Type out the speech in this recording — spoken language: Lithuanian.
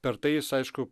per tai jis aišku